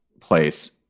place